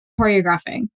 choreographing